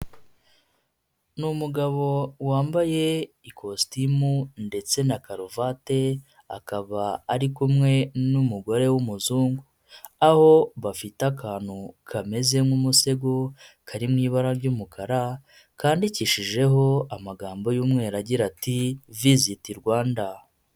Ni umugabo wambaye ikositimu ndetse na karuvati, akaba ari kumwe n'umugore w'umuzungu aho bafite akantu kameze nk'umusego kari mu ibara ry'umukara, kandikishijeho amagambo y'umweru agira ati Visit Rwanda.